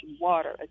water